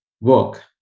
work